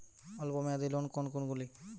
অল্প মেয়াদি লোন কোন কোনগুলি?